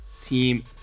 team